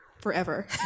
forever